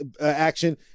action